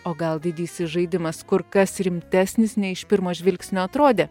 o gal didysis žaidimas kur kas rimtesnis nei iš pirmo žvilgsnio atrodė